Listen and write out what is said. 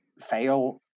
fail